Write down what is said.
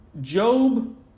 Job